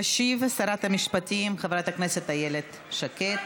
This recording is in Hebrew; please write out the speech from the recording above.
תשיב שרת המשפטים חברת הכנסת איילת שקד.